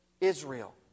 Israel